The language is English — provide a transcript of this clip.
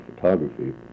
photography